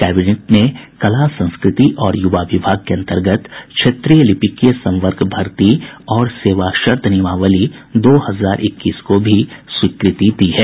cabinet ने कला संस्कृति और युवा विभाग के अन्तर्गत क्षेत्रीय लिपिकीय संवर्ग भर्ती और सेवा शर्त नियमावली दो हजार इक्कीस को भी स्वीकृति दी है